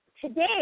today